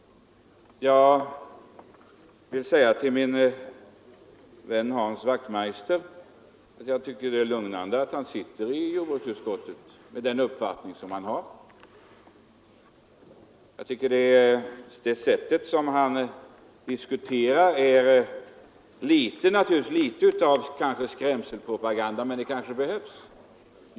Jag vill säga till min vän Hans Wachtmeister att jag tycker att det är lugnande att han sitter i jordbruksutskottet med den uppfattning som han har. Det sätt på vilket han diskuterar innebär naturligtvis litet av en skrämselpropaganda, men det kanske behövs.